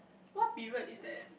what period is that